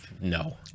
no